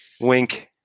Wink